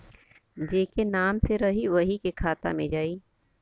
जेके नाम से रही वही के खाता मे जाई